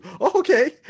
okay